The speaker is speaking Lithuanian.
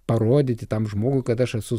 parodyti tam žmogui kad aš esu